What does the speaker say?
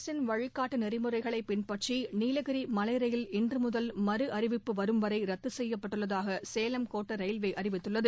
அரசின் வழிகாட்டு நெறிமுறைகளைப் பின்பற்றி நீலகிரி மலை ரயில் இன்று முதல் மறுஅறிவிப்பு வரும் வரை ரத்து செய்யப்பட்டுள்ளதாக சேலம் கோட்ட ரயில்வே அறிவித்துள்ளது